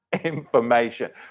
information